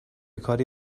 کاری